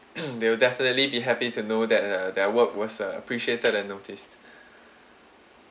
they'll definitely be happy to know that uh their work was err appreciated and noticed